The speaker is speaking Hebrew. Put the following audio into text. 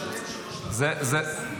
יועמ"שית, נאום שלם, שלוש דקות, בלי להזכיר.